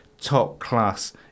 top-class